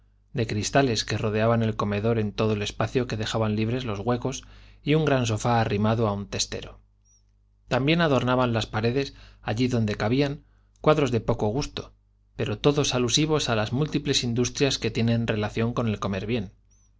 de cristales que rodeaban el comedor en todo el espacio que dejaban libres los huecos y un gran sofá arrimado a un testero también adornaban las paredes allí donde cabían cuadros de poco gusto pero todos alusivos a las múltiples industrias que tienen relación con el comer bien